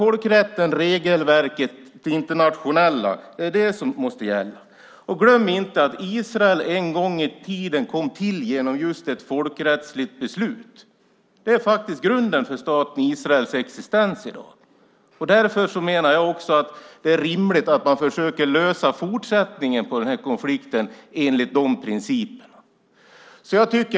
Folkrätten och det internationella regelverket är det som måste gälla. Glöm inte att Israel en gång i tiden kom till genom just ett folkrättsligt beslut. Det är grunden för staten Israels existens i dag. Därför menar jag att det är rimligt att man försöker lösa fortsättningen på konflikten enligt de principerna.